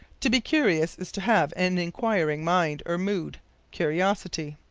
to be curious is to have an inquiring mind, or mood curiosity.